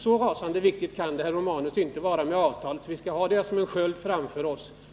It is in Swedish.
Så rasande viktigt kan det, herr Romanus, inte vara med avtalet, att vi skall ha det som en sköld framför oss.